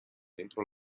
dentro